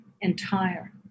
entire